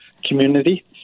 community